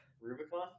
Rubicon